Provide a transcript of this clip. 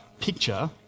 picture